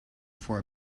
for